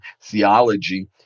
theology